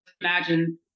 imagine